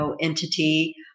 entity